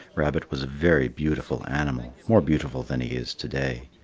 rabbit was a very beautiful animal, more beautiful than he is to-day.